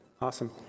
awesome